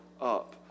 up